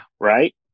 right